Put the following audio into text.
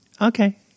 okay